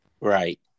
Right